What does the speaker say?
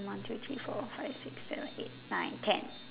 one two three four five six seven eight nine ten